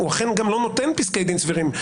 הוא אכן גם לא נותן פסקי דין סבירים.